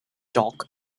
dock